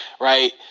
right